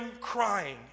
crying